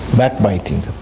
backbiting